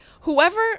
Whoever